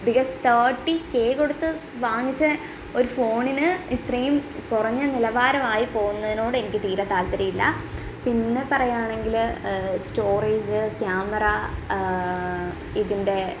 because thirty K കൊടുത്ത് വാങ്ങിച്ച ഒരു ഫോണിന് ഇത്രയും കുറഞ്ഞ നിലവാരം ആയി പോകുന്നതിനോടെനിക്ക് തീരെ താല്പര്യമില്ല പിന്നെ പറയാണെങ്കിൽ സ്റ്റോറേജ് ക്യാമറ ഇതിന്റെ